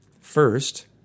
first